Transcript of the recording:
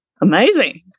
Amazing